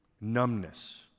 numbness